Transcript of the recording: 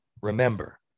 remember